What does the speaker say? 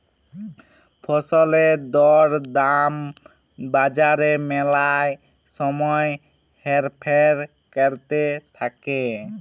ফসলের দর দাম বাজারে ম্যালা সময় হেরফের ক্যরতে থাক্যে